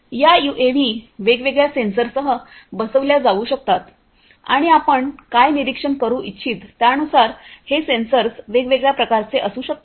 या यूएव्ही वेगवेगळ्या सेन्सरसह बसविल्या जाऊ शकतात आणि आपण काय निरीक्षण करू इच्छित त्यानुसार हे सेन्सर्स वेगवेगळ्या प्रकारचे असू शकतात